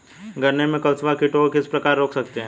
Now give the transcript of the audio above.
गन्ने में कंसुआ कीटों को किस प्रकार रोक सकते हैं?